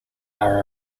are